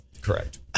Correct